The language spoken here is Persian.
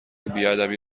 بیادبی